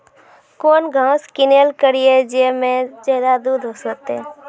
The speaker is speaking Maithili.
कौन घास किनैल करिए ज मे ज्यादा दूध सेते?